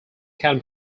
can